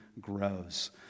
grows